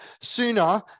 sooner